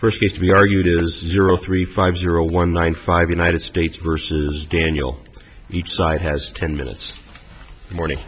first case to be argued is zero three five zero one nine five united states versus daniel each side has ten minutes morning